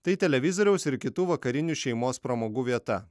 tai televizoriaus ir kitų vakarinių šeimos pramogų vieta